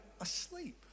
asleep